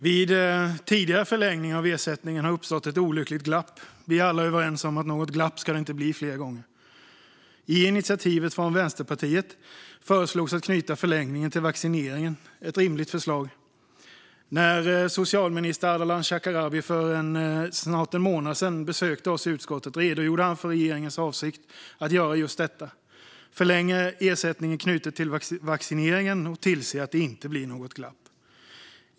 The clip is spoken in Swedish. Vid tidigare förlängningar av ersättningen har det uppstått ett olyckligt glapp. Vi är alla överens om att något glapp ska det inte bli fler gånger. I initiativet från Vänsterpartiet föreslogs att man skulle knyta förlängningen till vaccineringen, vilket var ett rimligt förslag. När socialminister Ardalan Shekarabi för snart en månad sedan besökte oss i utskottet redogjorde han för regeringens avsikt att göra just detta - att förlänga ersättningen knutet till vaccineringen och tillse att det inte blir något glapp.